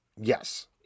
Yes